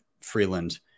Freeland